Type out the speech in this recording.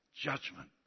judgment